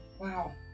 Wow